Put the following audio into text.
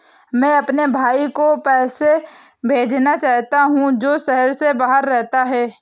मैं अपने भाई को पैसे भेजना चाहता हूँ जो शहर से बाहर रहता है